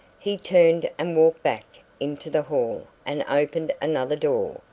he turned and walked back into the hall and opened another door,